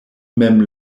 mem